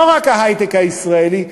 לא רק ההיי-טק הישראלי,